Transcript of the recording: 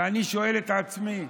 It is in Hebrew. ואני שואל את עצמי: